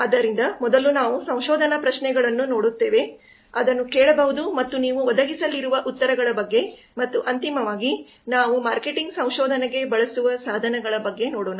ಆದ್ದರಿಂದ ಮೊದಲು ನಾವು ಸಂಶೋಧನಾ ಪ್ರಶ್ನೆಗಳನ್ನು ನೋಡುತ್ತೇವೆ ಅದನ್ನು ಕೇಳಬಹುದು ಮತ್ತು ನೀವು ಒದಗಿಸಲಿರುವ ಉತ್ತರಗಳ ಬಗ್ಗೆ ಮತ್ತು ಅಂತಿಮವಾಗಿ ನಾವು ಮಾರ್ಕೆಟಿಂಗ್ ಸಂಶೋಧನೆಗೆ ಬಳಸುವ ಸಾಧನಗಳ ಬಗ್ಗೆ ನೋಡೋಣ